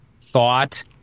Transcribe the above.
thought